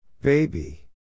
baby